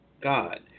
God